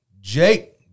Jake